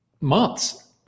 months